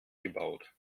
gebaut